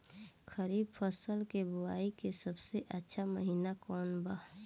खरीफ फसल के बोआई के सबसे अच्छा महिना कौन बा?